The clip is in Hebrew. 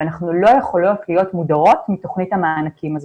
אנחנו לא יכולות להיות מודרות מתוכנית המענקים הזאת.